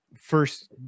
first